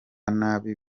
nabi